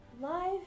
Life